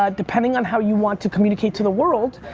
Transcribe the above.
ah depending on how you want to communicate to the world,